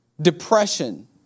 depression